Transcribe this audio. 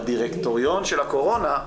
בדירקטוריון של הקורונה,